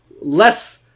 less